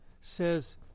says